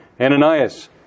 Ananias